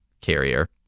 carrier